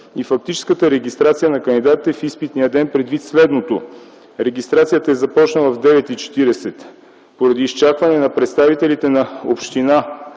и фактическата регистрация на кандидатите в изпитния ден предвид следното: регистрацията е започнала в 9,40 ч., поради изчакване на представителите на община